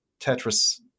Tetris